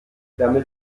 damit